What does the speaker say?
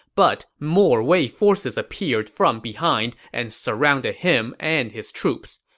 but more wei forces appeared from behind and surrounded him and his troops.